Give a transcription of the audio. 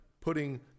putting